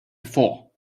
before